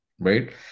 right